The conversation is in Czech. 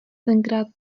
tenkrát